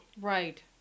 Right